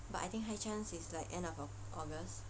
but I think high chance it's like end of oct~ august